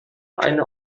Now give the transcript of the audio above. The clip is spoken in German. eine